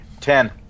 Ten